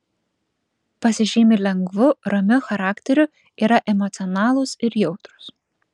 pasižymi lengvu ramiu charakteriu yra emocionalūs ir jautrūs